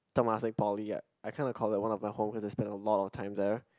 Temasek-Poly I kind of call it one of my home because I spend a lot of time there